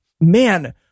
Man